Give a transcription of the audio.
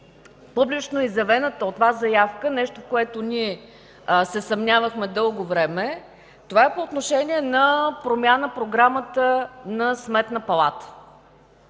публично изявената от Вас заявка – нещо, в което ние се съмнявахме дълго време, по отношение на промяна в програмата на Сметната палата.